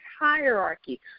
hierarchy